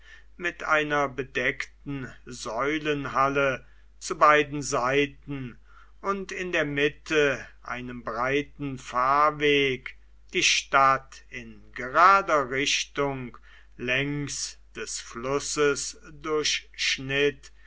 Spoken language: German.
mit einer bedeckten säulenhalle zu beiden seiten und in der mitte einem breiten fahrweg die stadt in gerader richtung längs des flusses